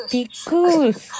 Pickles